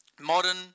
Modern